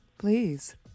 Please